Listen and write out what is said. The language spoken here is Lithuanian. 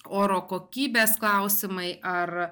oro kokybės klausimai ar